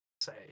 say